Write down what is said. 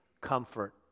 comfort